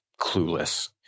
clueless